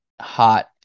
hot